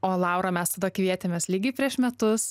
o laura mes tada kvietėmės lygiai prieš metus